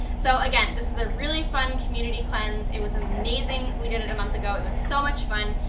so, again, this is a really fun community cleanse, it was amazing, we did it month ago, it was so much fun,